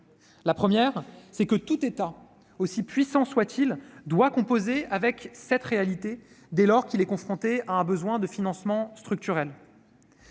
d'une part, que tout État, aussi puissant soit-il, doit composer avec cette réalité dès lors qu'il est confronté à un besoin de financement structurel,